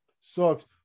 sucks